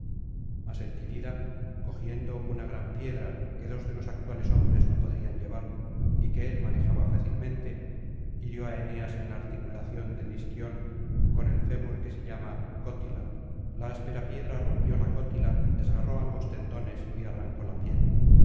mas el tidida cogiendo una gran piedra que dos de los actuales hombres no podrían llevar y que él manejaba fácilmente hirió á eneas en la articulación del isquion con el fémur que se llama cóíyla la áspera piedra rompió la cotila desgarró ambos tendones y arrancó la piel